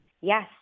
Yes